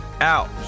out